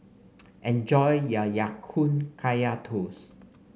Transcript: enjoy your Ya Kun Kaya Toast